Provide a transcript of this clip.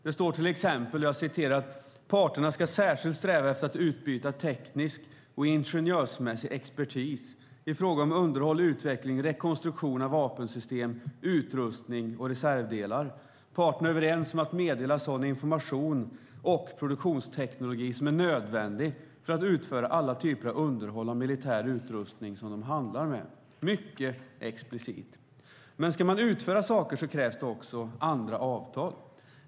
Det står till exempel: "Parterna skall särskilt sträva efter att utbyta teknisk och ingenjörsmässig expertis i fråga om underhåll, utveckling och rekonstruktion av vapensystem, utrustning och reservdelar." Vidare står det: "Parterna är överens om att meddela sådan information och produktionsteknologi som är nödvändig för att utföra alla typer av underhåll av militär utrustning som de handlar med." Det är mycket explicit. Men ska man utföra saker krävs det också andra avtal.